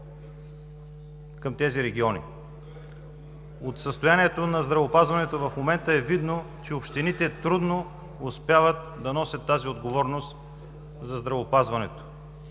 към тези региони. От състоянието на здравеопазването в момента е видно, че общините трудно успяват да носят тази отговорност за здравеопазването.